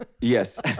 Yes